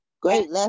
Great